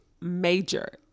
major